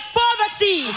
poverty